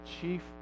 chief